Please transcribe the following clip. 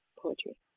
poetry